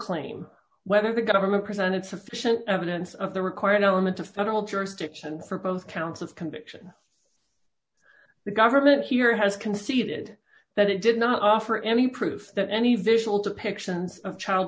claim whether the government presented sufficient evidence of the required element of federal jurisdiction for both counts of conviction the government here has conceded that it did not offer any proof that any visual depictions of child